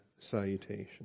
Salutation